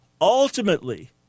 Ultimately